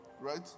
Right